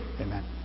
Amen